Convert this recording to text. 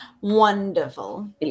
Wonderful